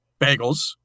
bagels